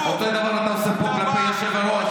אותו דבר אתה עושה פה כלפי היושב-ראש.